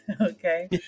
okay